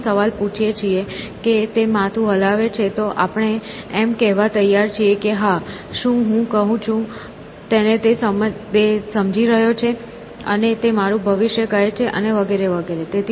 આપણે સવાલ પૂછીએ છીએ અને તે માથું હલાવે છે તો આપણે એમ કહેવા તૈયાર છીએ કે હા હું શું કહું છું તેને તે સમજી રહ્યો છે અને તે મારું ભવિષ્ય કહે છે અને વગેરે વગેરે